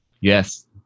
yes